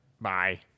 bye